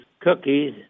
Cookies